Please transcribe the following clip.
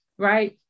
Right